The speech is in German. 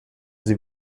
sie